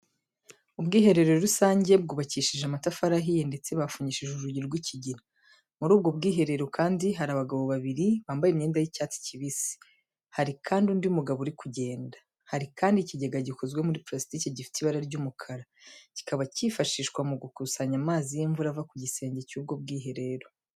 Ubwiherero rusange bwubakishije amatafari ahiye ndetse bufungishije urugi rw'ikigina. Muri ubwo bwiherero kandi hari abagabo babiri, bambaye imyenda y'icyatsi kibisi, hari kandi undi mugabo uri kugenda. Hari kandi ikigega gikozwe muri purasitike gifite ibara ry'umukara, kikaba kifashishwa mu gukusanya amazi y'imvura ava ku gisenge cy'ubwo bwiherero.